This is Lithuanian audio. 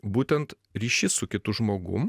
būtent ryšys su kitu žmogum